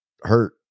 hurt